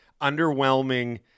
underwhelming